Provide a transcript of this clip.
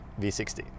V60